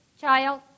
child